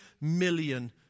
million